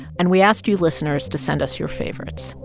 and we asked you listeners to send us your favorites,